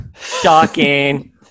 Shocking